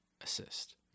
assist